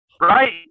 right